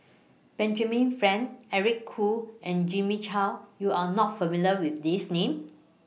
Benjamin Frank Eric Khoo and Jimmy Chok YOU Are not familiar with These Names